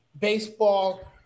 Baseball